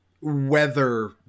weather